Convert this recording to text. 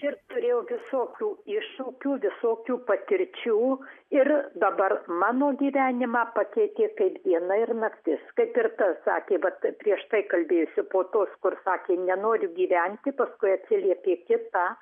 ir turėjau visokių iššūkių visokių patirčių ir dabar mano gyvenimą pakeitė kaip diena ir naktis kaip ir ta sakė vat prieš tai kalbėjusi po tos kur sakė nenoriu gyventi paskui atsiliepė kita